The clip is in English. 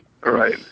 Right